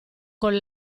con